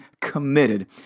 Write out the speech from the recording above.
committed